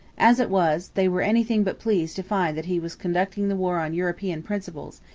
as it was, they were anything but pleased to find that he was conducting the war on european principles,